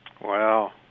Wow